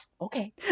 Okay